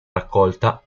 raccolta